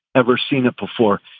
ever seen it before.